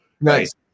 Nice